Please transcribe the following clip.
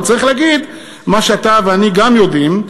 אבל צריך להגיד מה שאתה ואני גם יודעים,